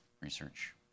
research